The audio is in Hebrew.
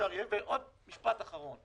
ועוד משפט אחרון.